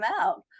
out